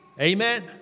Amen